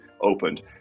opened